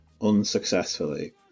unsuccessfully